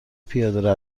پیاده